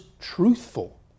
truthful